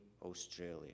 Australia